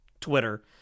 Twitter